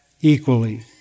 equally